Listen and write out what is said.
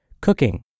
cooking